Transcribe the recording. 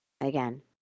again